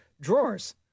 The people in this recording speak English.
drawers